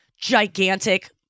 gigantic